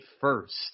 first